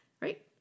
right